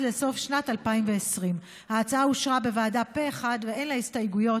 לסוף שנת 2020. ההצעה אושרה בוועדה פה אחד ואין לה הסתייגויות.